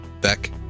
Beck